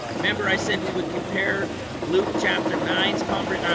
remember i said we would compare luke chapter nine's conver.